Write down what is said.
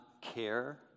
care